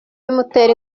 bimutera